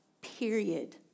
period